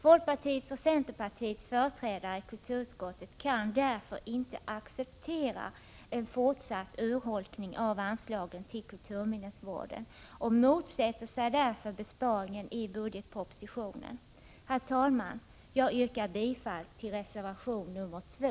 Folkpartiets och centerns företrädare i kulturutskottet kan inte acceptera en fortsatt urholkning av anslagen till kulturminnesvården och motsätter sig därför besparingen i budgetpropositionen. Herr talman! Jag yrkar bifall till reservation 2.